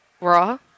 Raw